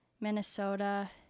minnesota